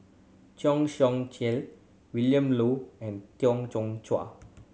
Cheng Xinru Colin Willin Low and Tau Cheng Chuan